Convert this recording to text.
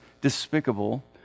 despicable